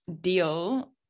deal